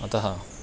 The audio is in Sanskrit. अतः